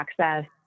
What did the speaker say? access